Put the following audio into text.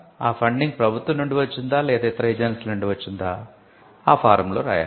ఆ ఫండింగ్ ప్రభుత్వం నుండి వచ్చిందా లేదా ఇతర ఏజెన్సీల నుండి వచ్చిందా కూడా ఆ ఫారం లో రాయాలి